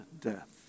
death